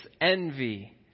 envy